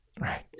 right